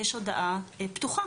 יש הודעה פתוחה